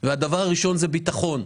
והדבר הראשון זה ביטחון.